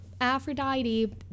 Aphrodite